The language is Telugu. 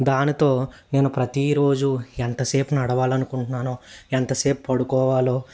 దానితో నేను ప్రతీరోజు ఎంతసేపు నడవాలనుకుంటున్నానుో ఎంతసేపు పడుకోవాలో